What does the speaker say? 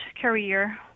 career